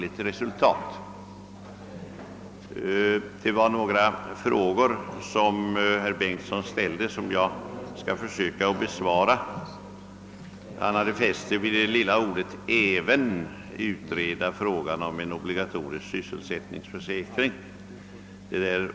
Herr Bengtsson i Varberg ställde några frågor som jag skall försöka besvara. Han hade fäst sig vid det lilla ordet även i uttrycket även utreda frågan om en obligatorisk sysselsättningsförsäkring.